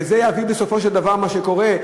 וזה יביא בסופו של דבר למה שקורה,